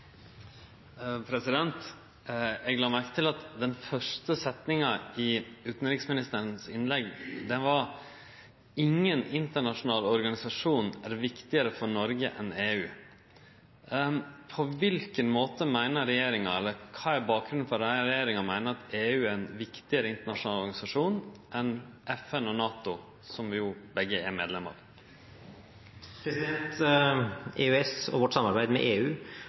innlegg var: «Ingen internasjonal organisasjon er viktigere for Norge enn EU.» Kva er bakgrunnen for at regjeringa meiner at EU er ein viktigare internasjonal organisasjon enn FN og NATO, som vi jo er medlem av? EØS og vårt samarbeid med EU